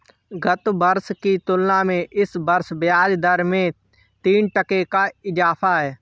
गत वर्ष की तुलना में इस वर्ष ब्याजदर में तीन टके का इजाफा है